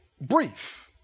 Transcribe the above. brief